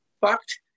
Fucked